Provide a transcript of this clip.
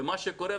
ומה שקורה,